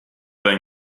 their